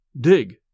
dig